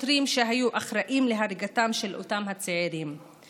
יש לך קופסאות שחורות של תקציב של מיליארדים לא מפוקחים,